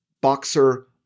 boxer